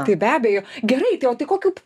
tai be abejo gerai o tai kokiu